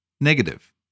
negative